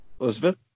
Elizabeth